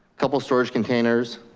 couple storage containers,